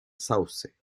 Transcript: sauce